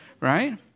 right